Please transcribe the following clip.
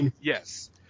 Yes